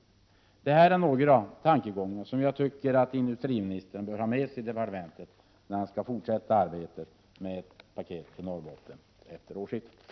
Ja, det här var några tankegångar som jag tycker att industriministern bör ha med sig inför det fortsatta arbetet efter årsskiftet i departementet med ett paket för Norrbotten.